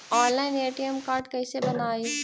Online ATM card कैसे बनाई?